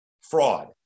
fraud